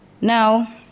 Now